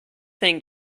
thing